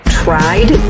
tried